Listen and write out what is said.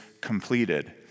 completed